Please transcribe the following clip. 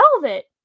Velvet